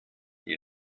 you